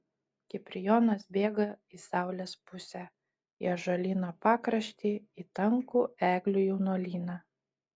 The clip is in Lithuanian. kiprijonas bėga į saulės pusę į ąžuolyno pakraštį į tankų eglių jaunuolyną